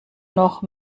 noch